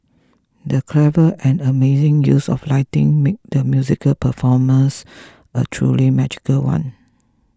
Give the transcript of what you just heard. the clever and amazing use of lighting made the musical performance a truly magical one